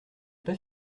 pas